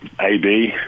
AB